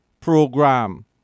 program